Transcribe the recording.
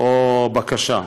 או בקשה.